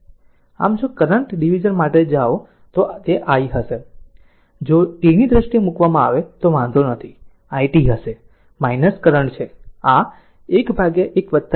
આમ જો current division માટે જાઓ તો આ i હશે જો t ની દ્રષ્ટિએ મૂકવામાં આવે તો વાંધો નથી it હશે કરંટ છે આ 11 4 i L t છે